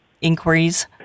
inquiries